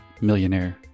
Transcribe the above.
millionaire